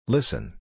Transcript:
Listen